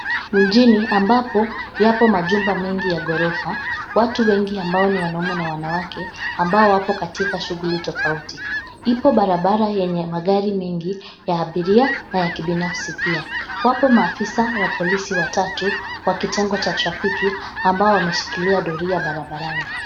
Mjini ambapo yapo majumba mengi ya gorofa. Watu wengi ambao ni wanaume na wanawake ambao wapo katika shughuli tofauti. Ipo barabara yenye magari mengi ya abiria na ya kibinafsi pia. Wapo maafisa wa polisi watatu wa kitengo cha trafiki ambao wameshikilia doria barabarani.